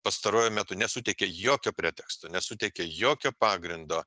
pastaruoju metu nesuteikė jokio preteksto nesuteikė jokio pagrindo